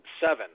Seven